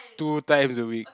two times a week